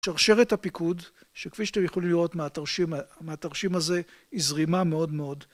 שרשרת הפיקוד, שכפי שאתם יכולים לראות מהתרשים הזה, היא זרימה מאוד מאוד.